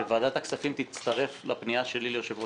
שוועדת הכספים תצטרף לפנייה שלי ליושב-ראש